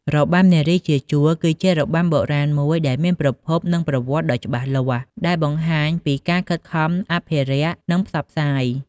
របាំនារីជាជួរ គឺជារបាំបុរាណមួយដែលមានប្រភព និងប្រវត្តិដ៏ច្បាស់លាស់ ដែលបង្ហាញពីការខិតខំអភិរក្ស និងផ្សព្វផ្សាយ។